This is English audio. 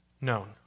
known